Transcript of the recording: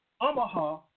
Omaha